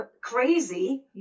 crazy